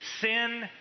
sin